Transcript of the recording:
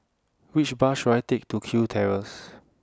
Which Bus should I Take to Kew Terrace